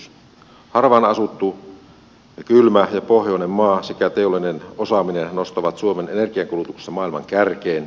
harvaan asuttu kylmä ja pohjoinen maa sekä teollinen osaaminen nostavat suomen energiankulutuksessa maailman kärkeen